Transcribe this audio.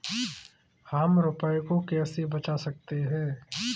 हम रुपये को कैसे बचा सकते हैं?